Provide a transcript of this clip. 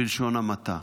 בלשון המעטה.